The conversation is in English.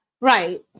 Right